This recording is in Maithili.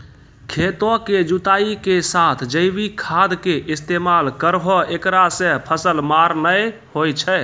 खेतों के जुताई के साथ जैविक खाद के इस्तेमाल करहो ऐकरा से फसल मार नैय होय छै?